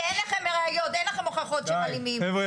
אין לכם הוכחות שהם אלימים,